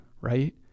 right